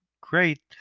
great